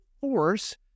force